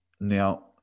Now